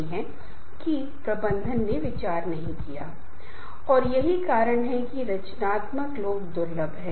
संगठन सदस्यों की नियुक्ति करता है और लक्ष्यों और कार्यों को पूरा करने का काम सौंपता है